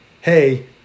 hey